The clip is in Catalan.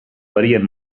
varien